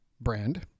brand